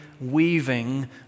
weaving